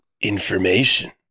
information